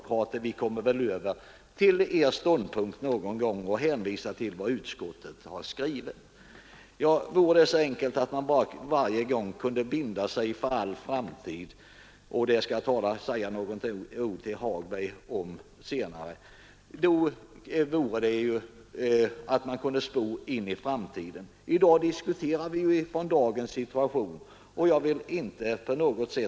Jag instämmer emellertid med herr Mattsson i Skee, när han sade att visst kan man få ett fackligt inflytande även i ett obligatorium, men det var det avgörande inflytandet som jag Nr 103 kopplade samman med ett obligatorium.